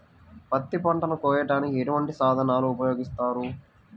పత్తి పంటను కోయటానికి ఎటువంటి సాధనలు ఉపయోగిస్తారు?